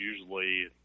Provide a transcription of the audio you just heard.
usually